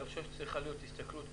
אני חושב שצריכה להיות הסתכלות כוללת,